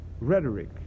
rhetoric